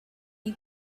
you